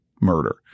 murder